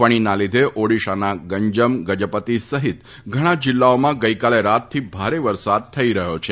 ફણીના લીધે ઓડીશાના ગંજમ ગજપતી સહિત ધણા જિલ્લાઓમાં ગઈકાલે રાતથી ભારે વરસાદ થઈ રહ્યો છે